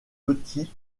petits